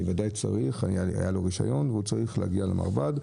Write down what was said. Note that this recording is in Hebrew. אני בוודאי צריך." היה לו רישיון והוא צריך להגיע למרב"ד.